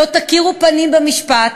לא תכירו פנים במשפט,